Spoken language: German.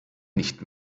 nicht